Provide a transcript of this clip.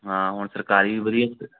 ਹਾਂ ਹੁਣ ਸਰਕਾਰੀ ਵੀ ਵਧੀਆ ਸ